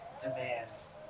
demands